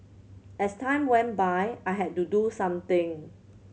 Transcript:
as time went by I had to do something